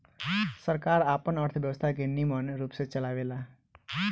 सरकार आपन अर्थव्यवस्था के निमन रूप से चलावेला